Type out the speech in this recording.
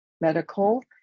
Medical